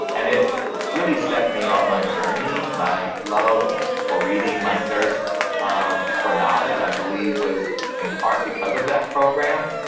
and it really set me on my journey, my love for reading. my thirst um for knowledge, i believe, was in part because of that program.